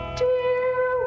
dear